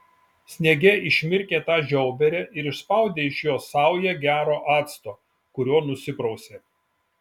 sniege išmirkė tą žiauberę ir išspaudė iš jos saują gero acto kuriuo nusiprausė